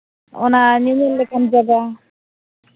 ᱚᱱᱟ ᱧᱮᱞᱚᱜ ᱞᱮᱠᱟᱱ ᱡᱟᱭᱜᱟ